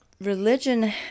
religion